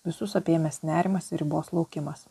visus apėmęs nerimas ribos laukimas